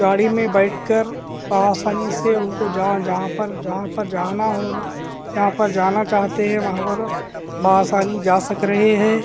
گاڑی میں بیٹھ کر بہ آسانی سے ان کو جہاں جہاں پر جہاں پر جانا ہونا جہاں پر جانا چاہتے ہیں وہاں پر بہ آسانی جا سک رہے ہے